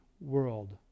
world